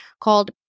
called